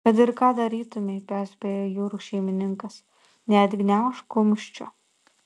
kad ir ką darytumei perspėjo jūrų šeimininkas neatgniaužk kumščio